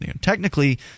technically